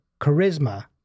charisma